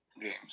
games